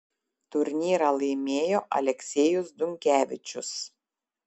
turnyrą laimėjo aleksejus dunkevičius